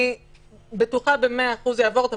אני בטוחה במאה אחוז שיעבור אותה,